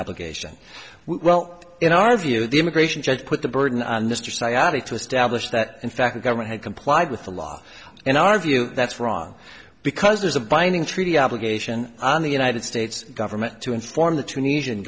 obligation well in our view the immigration judge put the burden on this just ira to establish that in fact the government had complied with the law in our view that's wrong because there's a binding treaty obligation on the united states government to inform the tunisia